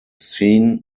seen